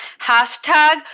Hashtag